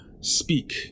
speak